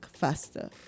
faster